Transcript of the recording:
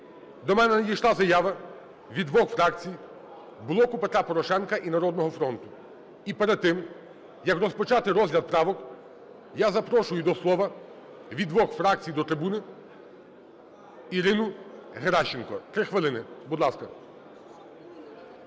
До мене надійшла заява від двох фракцій "Блоку Петра Порошенка" і "Народного фронту". І перед тим, як розпочати розгляд правок, я запрошую до слова від двох фракцій до трибуни Ірину Геращенко. 3 хвилини. Будь ласка.